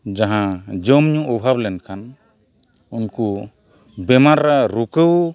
ᱡᱟᱦᱟᱸ ᱡᱚᱢᱼᱧᱩ ᱚᱵᱷᱟᱵᱽ ᱞᱮᱱᱠᱷᱟᱱ ᱩᱱᱠᱩ ᱵᱮᱢᱟᱨ ᱨᱮᱭᱟᱜ ᱨᱩᱠᱟᱹᱣ